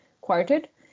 quartet